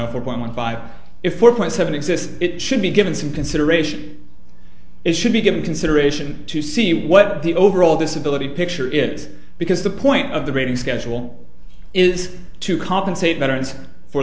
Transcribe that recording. four point one five if four point seven exists it should be given some consideration it should be given consideration to see what the overall disability picture is because the point of the rating schedule is to compensate veterans for